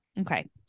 Okay